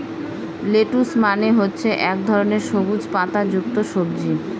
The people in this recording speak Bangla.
লেটুস মানে হচ্ছে এক ধরনের সবুজ পাতা যুক্ত সবজি